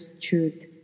truth